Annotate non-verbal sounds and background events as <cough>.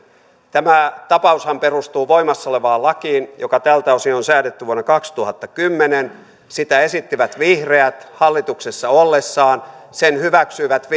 tämä tapaushan perustuu voimassa olevaan lakiin joka tältä osin on säädetty vuonna kaksituhattakymmenen sitä esittivät vihreät hallituksessa ollessaan sen hyväksyivät <unintelligible>